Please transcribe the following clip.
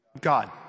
god